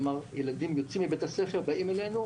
כלומר הילדים יוצאים מבית הספר ובאים אלינו.